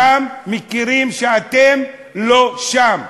שם מכירים שאתם לא שם.